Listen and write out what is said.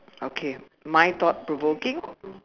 okay my thought provoking